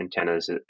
antennas